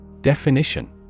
Definition